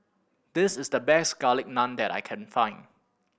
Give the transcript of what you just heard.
this is the best Garlic Naan that I can find